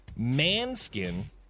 Manskin